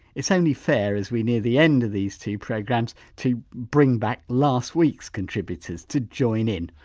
it's only fair, as we near the end of these two programmes, to bring back last week's contributors to join in.